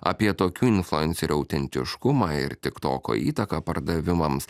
apie tokių influencerių autentiškumą ir tik toko įtaką pardavimams